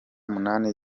munani